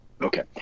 Okay